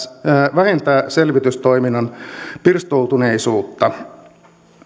vähentää selvitystoiminnan pirstoutuneisuutta